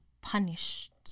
punished